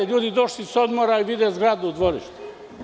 Ljudi došli s odmora i vide zgradu u dvorištu.